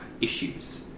issues